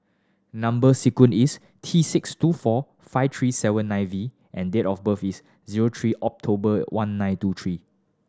number sequence is T six two four five three seven nine V and date of birth is zero three October one nine two three